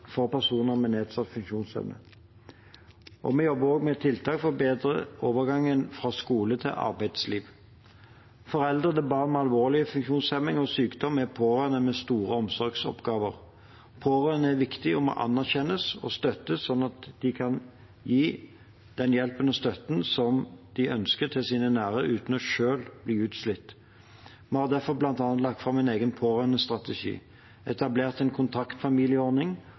for personer med nedsatt funksjonsevne. Vi jobber også med tiltak for å bedre overgangen fra skole til arbeidsliv. Foreldre til barn med alvorlig funksjonshemning og sykdom er pårørende med store omsorgsoppgaver. Pårørende er viktige og må anerkjennes og støttes, sånn at de kan gi den hjelpen og støtten de ønsker til sine nære, uten selv å bli utslitt. Vi har derfor bl.a. lagt fram en egen pårørendestrategi, etablert en kontaktfamilieordning